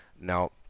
Now